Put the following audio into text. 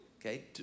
Okay